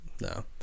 No